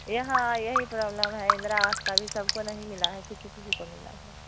यहाँ यही प्रॉब्लम है इंदिरा आवास का भी सबको नहीं मिला है किसी किसी को मिला है